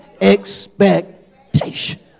Expectation